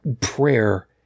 prayer